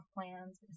plans